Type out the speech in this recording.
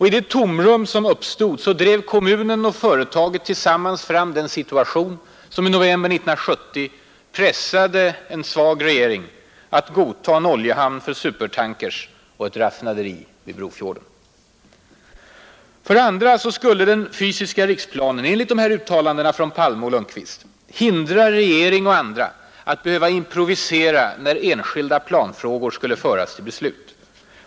I det tomrum som då uppstod drev kommunen och företaget tillsammans fram den situation, som i november 1970 pressade en svag regering att godta en oljehamn för supertankers och ett raffinaderi vid Brofjorden. 2) Den fysiska riksplanen skulle, enligt uttalandena av herrar Palme och Lundkvist, hindra regering och andra från att behöva improvisera, när enskilda planfrågor skulle föras till beslut.